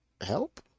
help